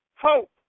hope